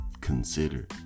consider